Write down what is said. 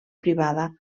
privada